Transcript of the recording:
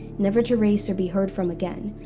never to race or be heard from again,